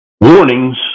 warnings